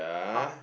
park